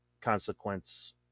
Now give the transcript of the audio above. consequence